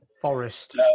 Forest